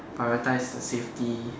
prioritize the safety